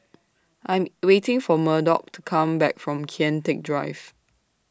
I'm waiting For Murdock to Come Back from Kian Teck Drive